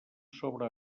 sobre